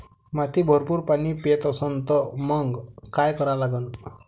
माती भरपूर पाणी पेत असन तर मंग काय करा लागन?